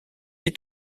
est